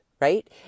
Right